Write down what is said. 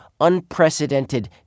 unprecedented